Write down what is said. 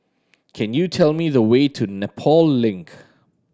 can you tell me the way to Nepal Link